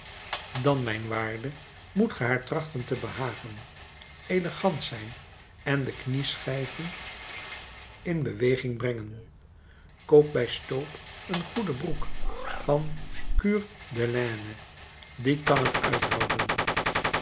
dan mijn waarde moet ge haar trachten te behagen elegant zijn en de knieschijven in beweging brengen koop bij staub een goede broek van cuir de laine die kan t uithouden